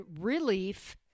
relief